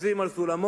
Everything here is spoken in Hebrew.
מטפסים על סולמות,